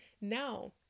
Now